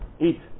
eat